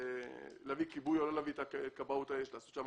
האם יש להביא את אנשי כיבוי האש לעשות שם